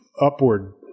upward